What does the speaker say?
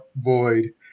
void